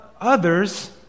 others